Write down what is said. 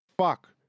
Fuck